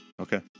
Okay